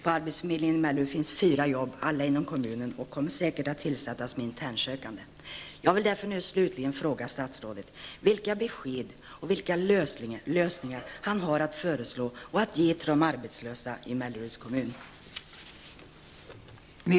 På arbetsförmedlingen i Mellerud kan man erbjuda fyra jobb, alla inom kommunen, och de kommer säkert att tillsättas med internsökande.